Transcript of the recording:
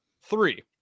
Three